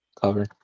cover